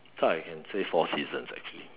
so I can say four seasons actually